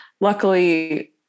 luckily